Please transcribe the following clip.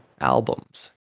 albums